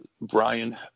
brian